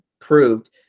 proved